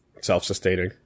self-sustaining